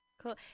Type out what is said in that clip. Cool